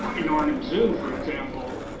in arnhem zoo for example,